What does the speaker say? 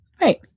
Right